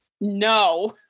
No